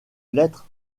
lettre